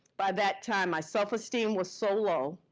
by that time, my self-esteem was so low,